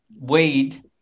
weed